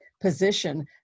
position